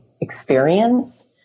experience